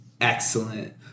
excellent